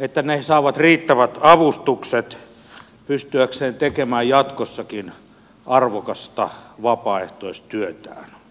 että ne saavat riittävät avustukset pystyäkseen tekemään jatkossakin arvokasta vapaaehtoistyötään